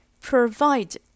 provide